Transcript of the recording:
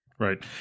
Right